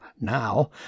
now